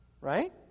Right